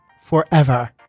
Forever